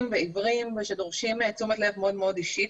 ועיוורים שדורשים תשומת לב מאוד מאוד אישית,